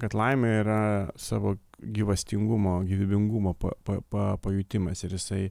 kad laimė yra savo gyvastingumo gyvybingumo pa pa pajutimas ir jisai